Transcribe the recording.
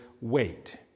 wait